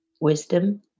wisdom